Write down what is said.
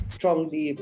strongly